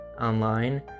online